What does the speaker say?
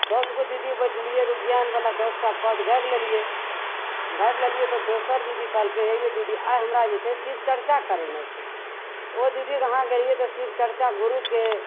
दस गो दीदी बैठलिए तऽ ओ ज्ञानवला दस टा पद गाबि लेलिए गाबि लेलिए तऽ दोसर दीदी कहलकै हे यौ दीदी आइ हमरा जे छै शिव चरचा करेनाइ छै तऽ ओ दीदीके यहाँ गेलिए तऽ शिव चरचा गुरुके